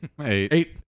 Eight